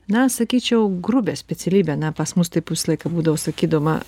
na sakyčiau grubią specialybę ane pas mus taip visą laiką būdavo sakydama